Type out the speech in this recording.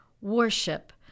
worship